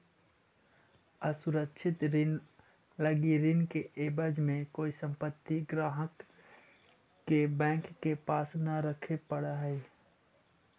असुरक्षित ऋण लगी ऋण के एवज में कोई संपत्ति ग्राहक के बैंक के पास न रखे पड़ऽ हइ